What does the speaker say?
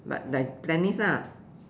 but like tennis ah